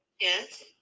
Yes